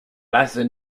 lasse